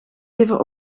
even